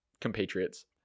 compatriots